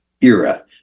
era